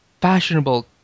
fashionable